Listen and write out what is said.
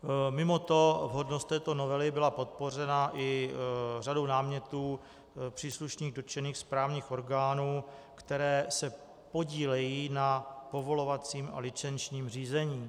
Mimo to vhodnost této novely byla podpořena i řadou námětů příslušných dotčených správních orgánů, které se podílejí na povolovacím a licenčním řízení.